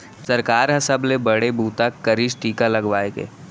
सरकार ह सबले बड़े बूता करिस टीका लगवाए के